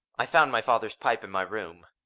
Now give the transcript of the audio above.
i found my father's pipe in my room